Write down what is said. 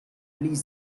least